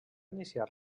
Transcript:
iniciar